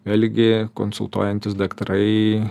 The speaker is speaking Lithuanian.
vėlgi konsultuojantys daktarai